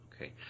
Okay